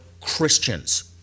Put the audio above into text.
Christians